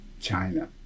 China